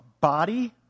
body